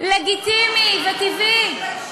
לגיטימי וטבעי, תתביישי לך.